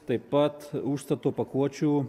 taip pat užstato pakuočių